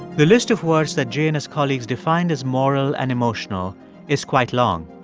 the list of words that jay and his colleagues defined as moral and emotional is quite long.